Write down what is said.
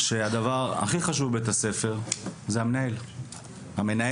שהדבר הכי חשוב בבית הספר הוא המנהל או המנהלת.